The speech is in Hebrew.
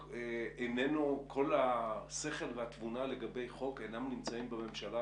כל השכל והתבונה לגבי חוק אינם נמצאים בממשלה,